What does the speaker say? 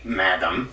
madam